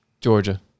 Georgia